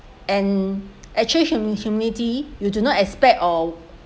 and actually humi~ humility you do not expect or